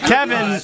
Kevin